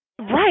right